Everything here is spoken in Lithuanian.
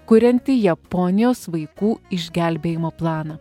kurianti japonijos vaikų išgelbėjimo planą